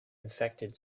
infected